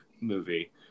movie